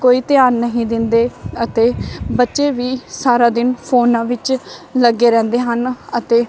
ਕੋਈ ਧਿਆਨ ਨਹੀਂ ਦਿੰਦੇ ਅਤੇ ਬੱਚੇ ਵੀ ਸਾਰਾ ਦਿਨ ਫੋਨਾਂ ਵਿੱਚ ਲੱਗੇ ਰਹਿੰਦੇ ਹਨ ਅਤੇ